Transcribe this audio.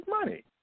money